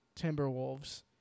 Timberwolves